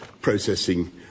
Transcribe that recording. processing